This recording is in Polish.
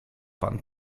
pan